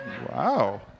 Wow